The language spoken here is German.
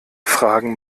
fragen